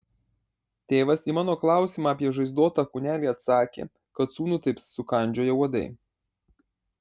tėvas į mano klausimą apie žaizdotą kūnelį atsakė kad sūnų taip sukandžioję uodai